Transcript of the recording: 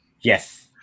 yes